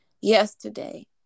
yesterday